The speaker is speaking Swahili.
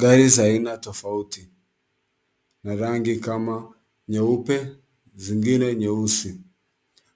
Gari za aina tofauti na rangi kama nyeupe zingine nyeusi.